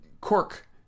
cork